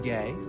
Gay